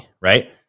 Right